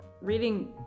reading